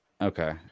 Okay